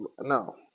No